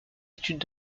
études